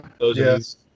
yes